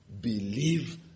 Believe